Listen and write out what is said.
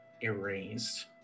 erased